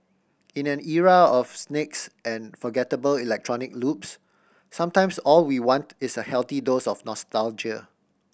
in an era of snakes and forgettable electronic loops sometimes all we want is a healthy dose of nostalgia